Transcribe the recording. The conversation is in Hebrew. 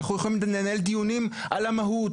אנחנו יכולים לנהל דיונים על המהות,